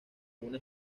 una